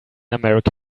america